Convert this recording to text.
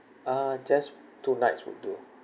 uh just two nights would do